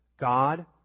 God